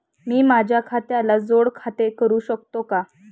मी माझ्या खात्याला जोड खाते करू शकतो का?